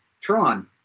Tron